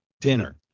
Dinner